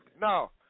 No